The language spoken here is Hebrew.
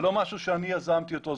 זה לא משהו שאני יזמתי אותו,